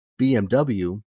BMW